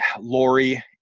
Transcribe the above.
Lori